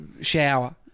shower